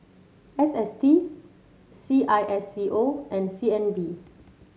S S T C I S C O and C N B